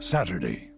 Saturday